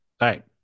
right